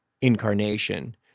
incarnation